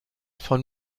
von